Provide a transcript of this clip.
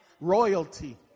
royalty